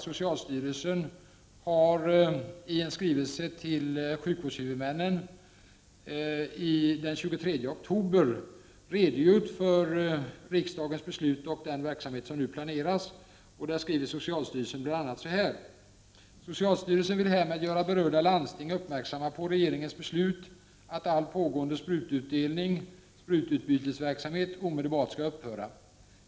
Socialstyrelsen har i en skrivelse till sjukvårdshuvudmännen den 23 oktober redogjort för riksdagens beslut och den verksamhet som nu planeras. Socialstyrelsen skriver bl.a.: ”Socialstyrelsen vill härmed göra berörda landsting uppmärksamma på regeringens beslut att all pågående sprututdelning-/sprututbytesverksamhet omedelbart skall upphöra.